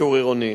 שיטור עירוני: